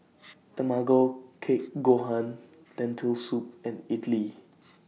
Tamago Kake Gohan Lentil Soup and Idili